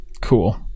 Cool